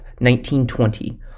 1920